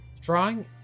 drawing